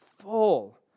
full